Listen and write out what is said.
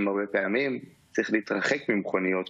(הישיבה נפסקה בשעה 16:47 ונתחדשה בשעה 16:56.)